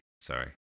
Sorry